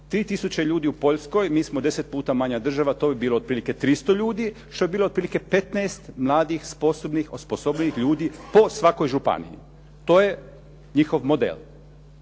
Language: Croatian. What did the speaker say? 3000 ljudi u Poljskoj, mi smo deset puta manja država, to bi bilo otprilike 300 ljudi, što bi bilo otprilike 15 mladih, sposobnih, osposobljenih ljudi po svakoj županiji. To je njihov model.